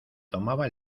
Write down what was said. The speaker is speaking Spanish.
tomaba